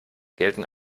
gelten